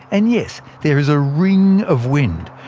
and yes, there is a ring of wind,